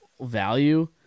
value